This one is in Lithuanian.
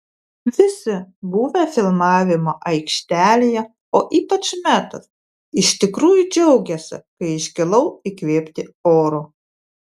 visi buvę filmavimo aikštelėje o ypač metas iš tikrųjų džiaugėsi kai iškilau įkvėpti oro